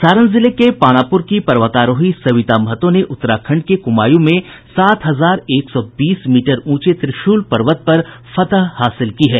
सारण जिले के पानापुर की पर्वतारोही सविता महतो ने उत्तराखंड के कुमाऊं में सात हजार एक सौ बीस मीटर ऊंचे त्रिशुल पर्वत पर फतह हासिल की है